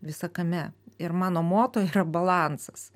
visa kame ir mano moto yra balansas